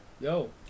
Yo